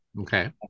okay